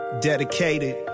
Dedicated